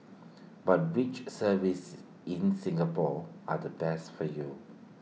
but which services in Singapore are the best for you